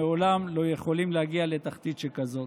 לעולם לא יכולים להגיע לתחתית שכזו.